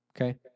Okay